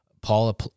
Paul